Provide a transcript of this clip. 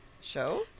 show